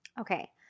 Okay